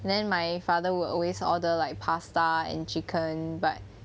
then my father will always order like pasta and chicken but